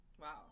wow